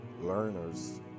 learners